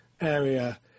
area